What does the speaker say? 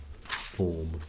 form